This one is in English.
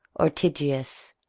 ortygius,